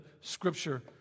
scripture